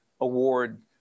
award